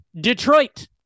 Detroit